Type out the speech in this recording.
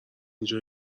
اینجا